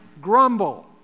grumble